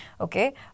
okay